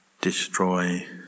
destroy